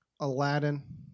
Aladdin